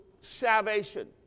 salvation